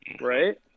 right